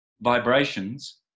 vibrations